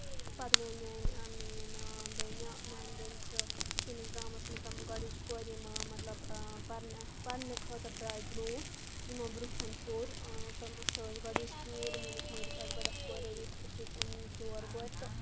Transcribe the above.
پَتہٕ گٔے میٲنۍ میٲنۍ بیٚنہِ میانہِ بیٚنہِ چھِ سٲنِس گامَس منٛز تٔمۍ گۄڈٕنِچ کورِ یِم مطلب پَرنہٕ پرنہٕ خٲطرٕ درایہِ برونٛٹھ یِمو برونٛہہ کُن پوٚر تہٕ سۄ ٲسۍ گۄڈٕنِچ کوٗر یِم أسۍ مٲلِس آسہٕ گۄڈٕنیٚتھ کورے ییٚتیس أسۍ چھِ ژور کورِ تہٕ